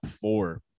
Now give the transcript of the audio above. four